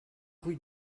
rue